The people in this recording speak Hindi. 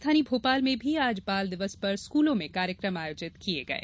राजधानी भोपाल में भी आज बाल दिवस पर स्कूलों में कार्यक्रम आयोजित किये गये